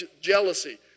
jealousy